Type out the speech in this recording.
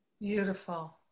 Beautiful